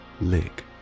lick